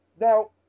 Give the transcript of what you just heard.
Now